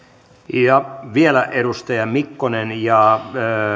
vielä edustaja mikkonen ja